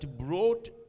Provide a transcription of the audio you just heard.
brought